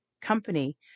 company